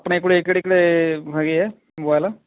ਆਪਣੇ ਕੋਲੇ ਕਿਹੜੇ ਕਿਹੜੇ ਹੈਗੇ ਹੈ ਮੋਬਾਇਲ